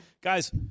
Guys